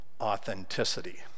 authenticity